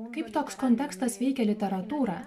kaip toks kontekstas veikia literatūrą